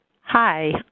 Hi